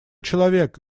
человек